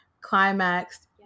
climaxed